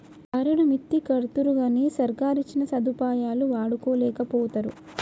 బారెడు మిత్తికడ్తరుగని సర్కారిచ్చిన సదుపాయాలు వాడుకోలేకపోతరు